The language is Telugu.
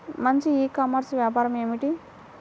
మంచి ఈ కామర్స్ వ్యాపారం ఏమిటీ?